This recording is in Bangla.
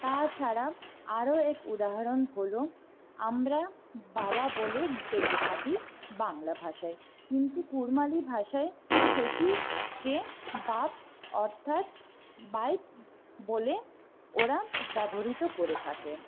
তাছাড়া আরও এক উদাহরণ হলো আমরা বাবা বলে ডেকে থাকি বাংলা ভাষায় কিন্তু কুড়মালি ভাষায় সেটিকে বাপ অর্থাৎ বাইপ বলে ওরা ব্যবহৃত করে থাকে